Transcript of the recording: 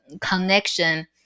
connection